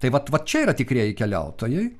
tai vat va čia yra tikrieji keliautojai